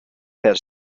per